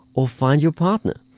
or find your partner.